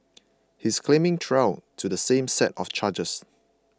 he is claiming trial to the same set of charges